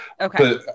Okay